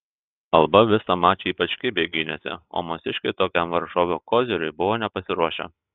alba visą mačą ypač kibiai gynėsi o mūsiškiai tokiam varžovų koziriui buvo nepasiruošę